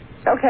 Okay